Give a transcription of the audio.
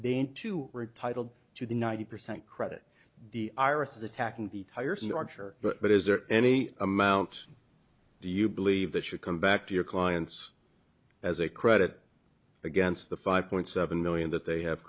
need to retitle to the ninety percent credit the irises attacking the tires and archer but is there any amount do you believe that should come back to your clients as a credit against the five point seven million that they have